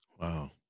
Wow